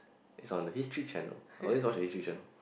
is on the history channel oh let's watch the history channel